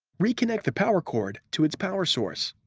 reconnect the power cord to its power source.